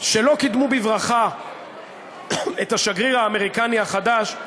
שלא קידמו בברכה את השגריר האמריקני החדש,